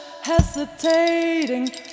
hesitating